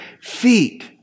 feet